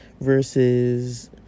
versus